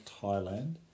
Thailand